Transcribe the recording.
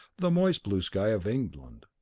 the moist blue sky of england.